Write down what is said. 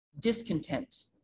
discontent